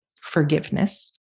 forgiveness